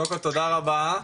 קודם כל תודה רבה.